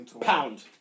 Pound